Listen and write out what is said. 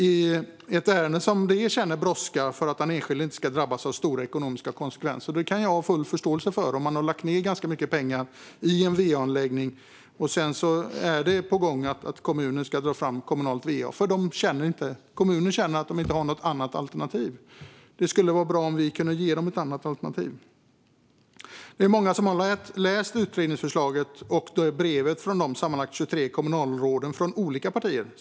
Det är ärenden som brådskar för att de enskilda inte ska drabbas av stora ekonomiska konsekvenser. Jag kan ha full förståelse för det om de har lagt ned ganska mycket pengar i en va-anläggning och det är på gång att kommunen ska dra fram kommunalt va. Kommunerna känner att de inte har något annat alternativ. Det skulle vara bra om vi kunde ge dem ett annat alternativ. Vi är många som har läst utredningsförslaget och brevet från de sammanlagt 23 kommunalråden från olika partier.